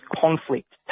conflict